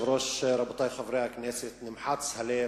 כבוד היושב-ראש, רבותי חברי הכנסת, נמחץ הלב,